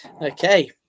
Okay